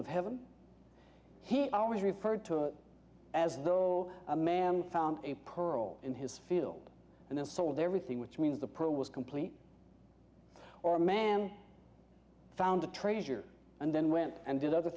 of heaven he always referred to it as though a man found a pearl in his field and then sold everything which means the probe was complete or a man found a treasure and then went and did other